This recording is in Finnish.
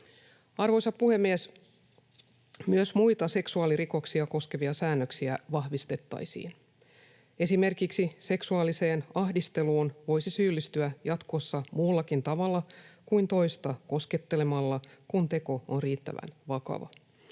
Arvoisa puhemies! Myös muita seksuaalirikoksia koskevia säännöksiä vahvistettaisiin. Esimerkiksi seksuaaliseen ahdisteluun voisi syyllistyä jatkossa muullakin tavalla kuin toista koskettelemalla, kun teko on riittävän vakava.